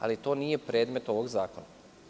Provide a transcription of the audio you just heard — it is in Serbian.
Ali, to sada nije predmet ovog zakona.